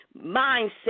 mindset